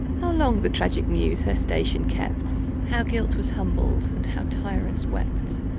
how long the tragick muse her station kept, how guilt was humbl'd, and how tyrants wept,